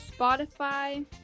Spotify